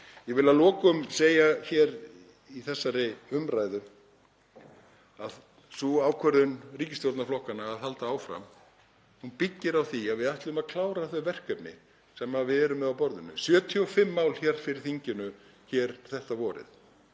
Ég vil að lokum segja hér í þessari umræðu að sú ákvörðun ríkisstjórnarflokkanna að halda áfram byggir á því að við ætlum að klára þau verkefni sem við erum með á borðinu, 75 mál hér fyrir þinginu þetta vorið.